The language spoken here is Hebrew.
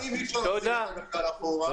אבל אם אי אפשר להחזיר את הגלגל אחורה -- תודה,